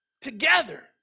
together